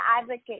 advocate